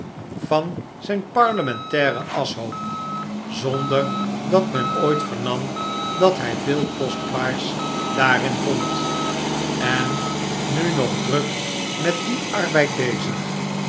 van zijn pari em entairen aschhoop zonder dat men ooit vernam dat hij veel kostbaars daarin vond en nu nog druk met dien arbeid bezig